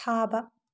ꯊꯥꯕ